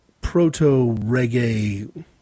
proto-reggae